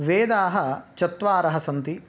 वेदाः चत्वारः सन्ति